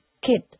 kid